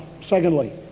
Secondly